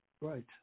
Right